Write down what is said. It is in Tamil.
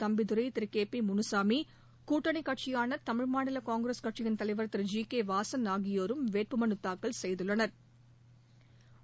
தம்பிதுரை திரு கே பி முனுளமி கூட்டணி கட்சியான தமிழ்மாநில காங்கிரஸ் கட்சியின் தலைவர் திரு ஜி கே வாசன் ஆகியோரும் வேட்புமனு தாக்கல் செய்துள்ளனா்